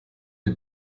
die